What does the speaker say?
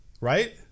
Right